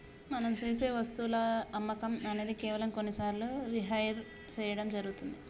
మనం సేసె వస్తువుల అమ్మకం అనేది కేవలం కొన్ని సార్లు రిహైర్ సేయడం జరుగుతుంది